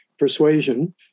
persuasion